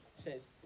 says